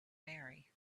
marry